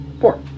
four